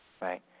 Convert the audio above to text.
right